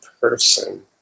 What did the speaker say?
person